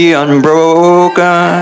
unbroken